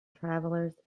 travelers